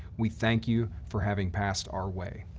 we thank you for having passed our way.